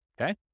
okay